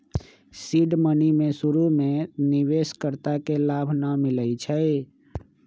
seed money में शुरु में निवेश कर्ता के लाभ न मिलै छइ